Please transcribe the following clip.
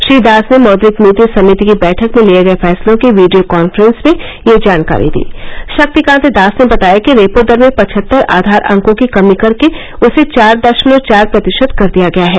श्री दास ने मौद्रिक नीति समिति की बैठक में लिए गए फैसलों की वीडियो काफ्रेस में ये जानकारी दी शक्तिकांत दास ने बताया कि रेपो दर में पचहत्तर आधार अंकों की कमी करके उसे चार दशमलव चार प्रतिशत कर दिया गया है